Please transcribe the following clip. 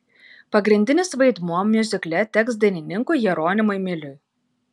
pagrindinis vaidmuo miuzikle teks dainininkui jeronimui miliui